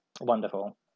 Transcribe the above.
Wonderful